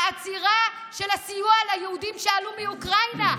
העצירה של הסיוע ליהודים שעלו מאוקראינה,